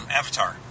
avatar